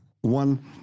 one